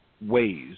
ways